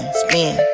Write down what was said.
spin